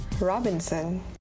Robinson